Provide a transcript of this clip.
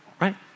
Right